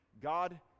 God